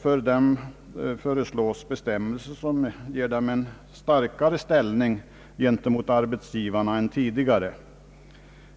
För dessa föreslås bestämmelser som ger dem en starkare ställning gentemot arbetsgivarna än tidigare.